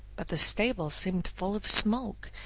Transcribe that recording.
but the stable seemed full of smoke,